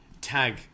tag